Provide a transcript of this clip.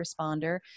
responder